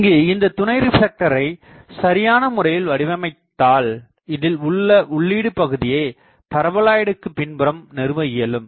இங்கு இந்த துணை ரிப்லெக்டரை சரியானா முறையில் வடிவமைத்தால் இதில் உள்ள உள்ளீடு பகுதியை பரபோலாய்ட்டிற்கு பின்புறம் நிறுவ இயலும்